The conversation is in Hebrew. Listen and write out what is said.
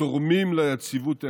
שתורמים ליציבות האזורית.